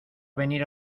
venir